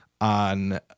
on